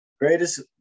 Greatest